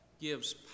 gives